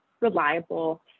reliable